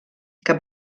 que